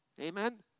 Amen